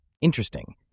Interesting